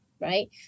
right